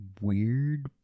weird